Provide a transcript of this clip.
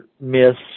myths